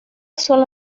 sola